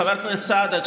חבר הכנסת סעדה,